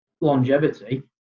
longevity